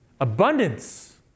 Abundance